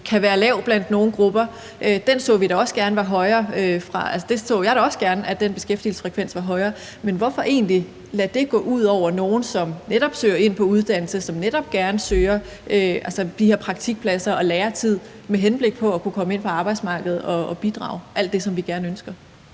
kan være lav blandt nogle grupper. Den så vi da også gerne var højere. Jeg så da også gerne, at den beskæftigelsesfrekvens var højere, men hvorfor egentlig lade det gå ud over nogle, som netop søger ind på uddannelse, som netop søger de her praktikpladser og læretid med henblik på at kunne komme ind på arbejdsmarkedet og bidrage – alt det, som vi gerne vil